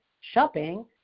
shopping